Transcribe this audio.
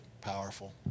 powerful